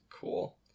Cool